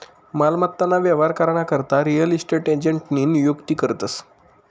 मालमत्ता ना व्यवहार करा ना करता रियल इस्टेट एजंटनी नियुक्ती करतस